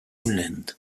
groenland